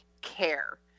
care